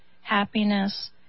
happiness